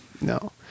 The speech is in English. no